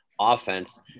offense